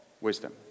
wisdom